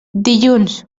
dilluns